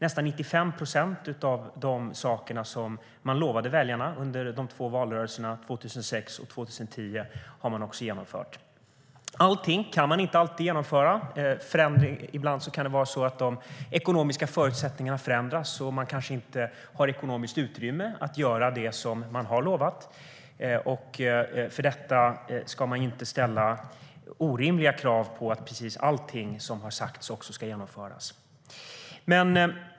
Nästan 95 procent av de saker man lovade väljarna under de två valrörelserna 2006 och 2010 har man också genomfört. Man kan inte alltid genomföra allting. Ibland kan det vara så att de ekonomiska förutsättningarna förändras. Man kanske inte har ekonomiskt utrymme att göra det som man har lovat. Det kan inte ställas orimliga krav på att precis allting som har sagts också ska genomföras.